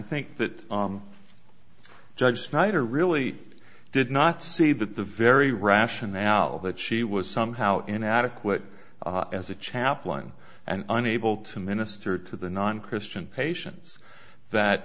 think that judge snyder really did not see that the very rationale that she was somehow inadequate as a chaplain and unable to minister to the non christian patients that